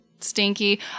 stinky